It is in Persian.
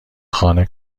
خانه